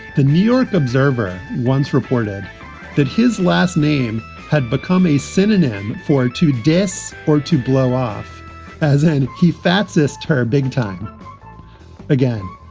the new york observer once reported that his last name had become a synonym for two desks or to blow off as and he fatsis term big time again.